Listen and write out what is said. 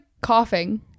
coughing